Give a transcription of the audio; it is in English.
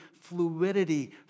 fluidity